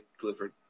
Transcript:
delivered